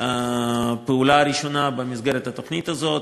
הפעולה הראשונה במסגרת התוכנית הזאת.